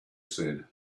said